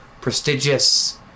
prestigious